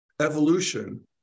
evolution